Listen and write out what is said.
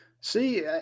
See